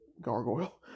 gargoyle